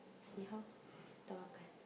see how tawakkal